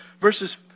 verses